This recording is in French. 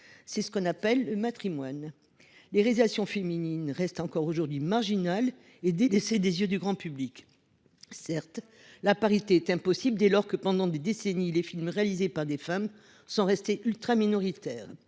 restauration des films du CNC. Les réalisations féminines restent encore aujourd’hui marginales et délaissées des yeux du grand public. Si la parité est impossible dès lors que, pendant des décennies, les films réalisés par des femmes sont restés ultraminoritaires,